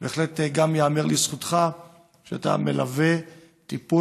שגם ייאמר לזכותך שאתה מלווה את הטיפול